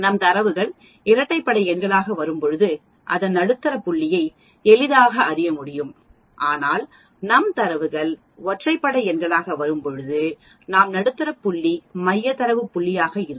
நம் தரவுகள் இரட்டை படை எண்களாக வரும்பொழுது அதன் நடுத்தர புள்ளியை எளிதாக அறிய முடியும் ஆனால் நம் தரவுகள் ஒற்றைப்படை எண்களாக வரும்பொழுது நாம் நடுத்தர புள்ளி மைய தரவு புள்ளியாக இருக்கும்